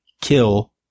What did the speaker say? kill